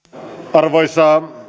arvoisa